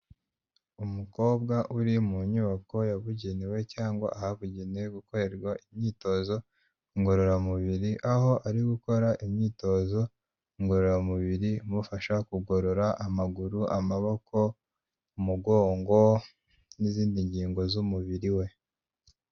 Umukobwa uri mu nyubako yabugenewe cyangwa ahabugenewe gukorerwa imyitozo ngororamubiri, aho ari gukora imyitozo ngororamubiri imufasha kugorora amaguru, amaboko, umugongo n'izindi ngingo z'umubiri we.